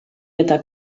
eta